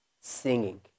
singing